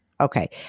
Okay